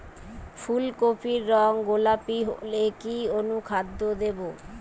ফুল কপির রং গোলাপী হলে কি অনুখাদ্য দেবো?